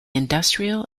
industrial